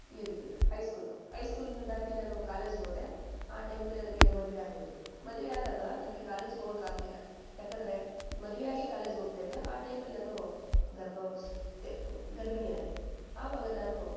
ಈ ರೀತಿ high school high ಸ್ಕೂಲ್ನ ದಾಟಿ ನಾನು ಕಾಲೇಜ್ಗೋದೆ ಆ ಟೈಮಲ್ಲಿ ನನಗೆ ಮದುವೆ ಆಗೋಯಿತು ಮದುವೆ ಆದಾಗ ನನಗೆ ಕಾಲೇಜ್ಗೋಗೋಕೆ ಆಗಲಿಲ್ಲ ಯಾಕೆಂದ್ರೆ ಮದುವೆ ಆಗಿ ಕಾಲೇಜ್ಗೋಗ್ತಾಯಿದ್ದೆ ಆ ಟೈಮಲ್ಲಿ ನಾನೂ ಗರ್ಭಾವಸ್ಥೆ ಗರ್ಭಿಣಿಯಾದೆ ಆವಾಗ ನಾನು